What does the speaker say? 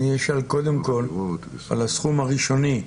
אני אשאל קודם כל על הסכום הראשוני,